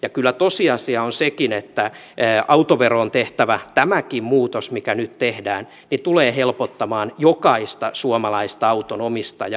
ja kyllä tosiasia on sekin että autoveroon tehtävä tämäkin muutos mikä nyt tehdään tulee helpottamaan jokaista suomalaista autonomistajaa